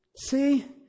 See